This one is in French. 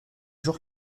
jours